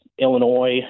Illinois